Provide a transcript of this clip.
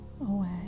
away